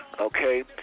Okay